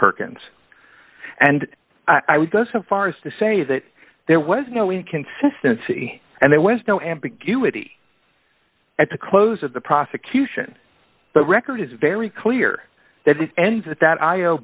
perkins and i would go so far as to say that there was no inconsistency and there was no ambiguity at the close of the prosecution the record is very clear that it ends at that i